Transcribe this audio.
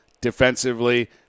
defensively